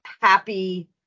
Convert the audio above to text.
happy